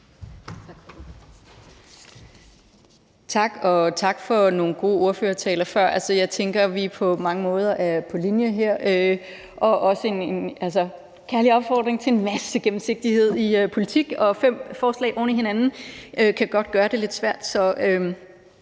Tak. Og tak for nogle gode ordførertaler. Jeg tænker, at vi på mange måder er på linje her. Jeg vil komme med en kærlig opfordring til at have en masse gennemsigtighed i politik, og fem forslag oven i hinanden kan godt gøre det lidt svært.